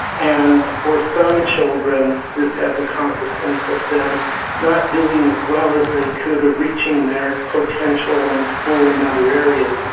and for some children this had the consequence of them not doing as well as they could or reaching their potential in school and other areas.